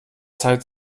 zeit